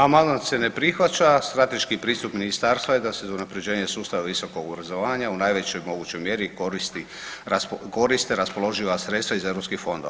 Amandman se ne prihvaća, strateški pristup ministarstva da se za unapređenje sustava visokog obrazovanja u najvećoj mogućoj mjeri koriste raspoloživa sredstva iz eu fondova.